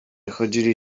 chodzili